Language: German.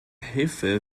hilfe